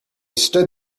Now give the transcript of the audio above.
stood